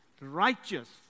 righteous